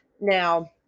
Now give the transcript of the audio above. Now